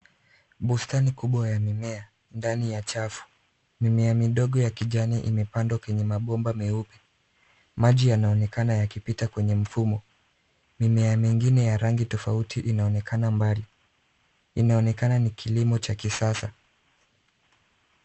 Bustani kubwa ya mimea ndani ya chafu. Mimea midogo ya kijani imepandwa kwenye mabomba meupe. Maji yanaonekana yakipita kwenye mfumo. Mimea mingine ya rangi tofauti inaonekana mbali. Inaonekana ni kilimo cha kisasa.